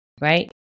right